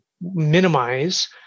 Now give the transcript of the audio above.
minimize